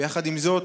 ויחד עם זאת,